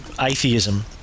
atheism